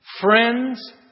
friends